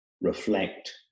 reflect